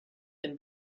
can